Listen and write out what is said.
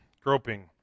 groping